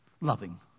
Loving